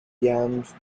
yams